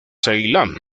ceilán